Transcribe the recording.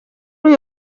uyu